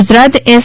Gujarat S